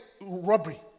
robbery